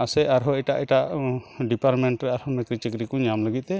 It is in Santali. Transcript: ᱟᱨ ᱥᱮ ᱟᱨᱦᱚᱸ ᱮᱴᱟᱜᱼᱮᱴᱟᱜ ᱰᱤᱯᱟᱨᱴᱢᱮᱱᱴ ᱨᱮ ᱟᱨᱦᱚᱸ ᱱᱩᱠᱨᱤᱼᱪᱟᱠᱨᱤ ᱠᱚ ᱧᱟᱢ ᱞᱟᱹᱜᱤᱫ ᱛᱮ